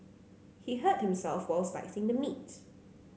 he hurt himself while slicing the meat